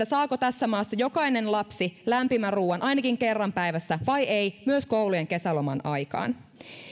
saako tässä maassa jokainen lapsi lämpimän ruuan ainakin kerran päivässä vai ei myös koulujen kesäloman aikaan